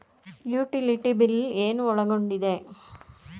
Utility bill ಏನು ಒಳಗೊಂಡಿದೆ?